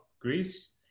Greece